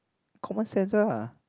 common sense ah